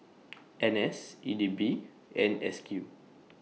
N S E D B and S Q